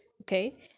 Okay